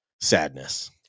Sadness